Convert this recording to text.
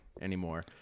anymore